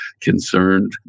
concerned